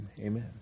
Amen